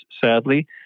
sadly